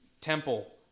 Temple